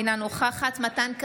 אינה נוכחת מתן כהנא,